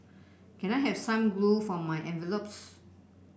can I have some glue for my envelopes